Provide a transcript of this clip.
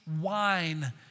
wine